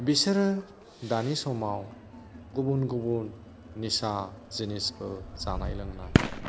बिसोरो दानि समाव गुबुन गुबुन निसा जिनिसफोर जानाय लोंनाय